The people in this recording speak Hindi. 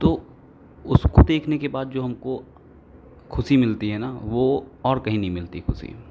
तो उसको देखने के बाद जो हमको ख़ुशी मिलती है ना वह और कहीं नहीं मिलती खुशी